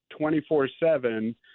24-7